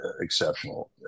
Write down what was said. exceptional